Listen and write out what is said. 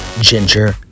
Ginger